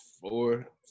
four